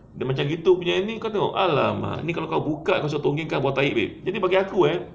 dia macam gitu punya ini kau tengok !alamak! ni kalau kau buka kau suruh tonggengkan buah tahi babe jadi bagi aku eh